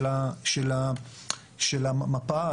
המפה,